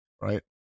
Right